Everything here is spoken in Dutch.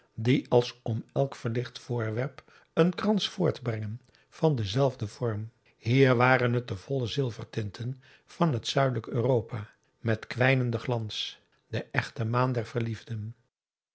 die als om elk verlicht voorwerp een krans voortbrengen van denzelfden vorm hier waren het de volle zilvertinten van het zuidelijk europa met kwijnenden glans de echte maan der verliefden